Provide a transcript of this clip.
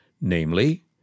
namely